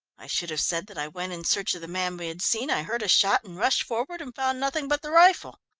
i should have said that i went in search of the man we had seen, i heard a shot and rushed forward and found nothing but the rifle.